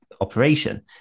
operation